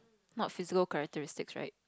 not physical characteristics right